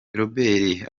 robert